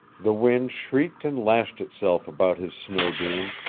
the wind shrieked and lashed itself about his snow-dune,